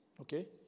Okay